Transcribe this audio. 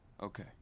Okay